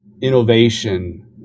innovation